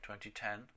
2010